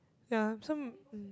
ya some um